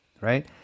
right